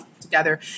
together